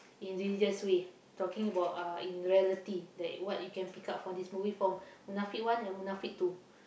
in religious way talking about uh in reality that what you can pick up from this movie from Munafik one and Munafik two